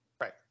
Right